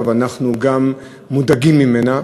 אנחנו גם מודאגים ממנה.